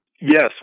Yes